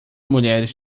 mulheres